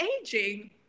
aging